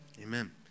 amen